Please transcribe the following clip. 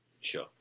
Sure